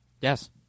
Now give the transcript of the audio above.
Yes